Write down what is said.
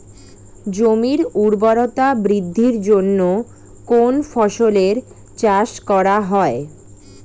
জমির উর্বরতা বৃদ্ধির জন্য কোন ফসলের চাষ করা হয়?